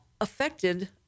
affected